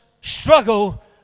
struggle